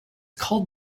called